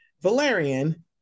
Valerian